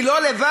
והיא לא לבד.